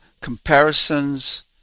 Comparisons